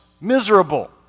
miserable